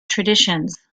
traditions